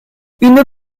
une